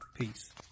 Peace